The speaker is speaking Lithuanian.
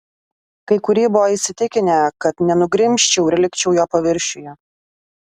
kai kurie buvo įsitikinę kad nenugrimzčiau ir likčiau jo paviršiuje